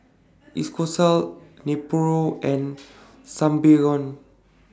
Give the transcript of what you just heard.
Nepro and Sangobion